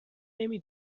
نمی